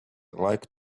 like